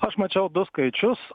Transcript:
aš mačiau du skaičius